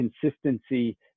consistency